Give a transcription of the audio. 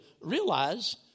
realize